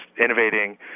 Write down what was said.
innovating